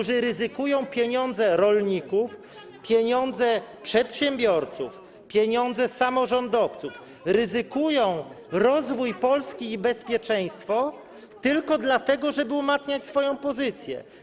ludzie, którzy ryzykują pieniądze rolników, pieniądze przedsiębiorców, pieniądze samorządowców, ryzykują rozwój Polski i bezpieczeństwo tylko dlatego, żeby umacniać swoją pozycję.